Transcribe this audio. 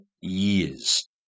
years